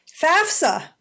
FAFSA